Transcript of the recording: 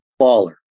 Baller